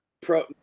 pro